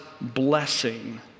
blessing